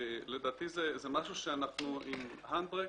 לדעתי זה משהו שאנחנו עם הנדברקס,